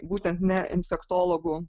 būtent ne infektologų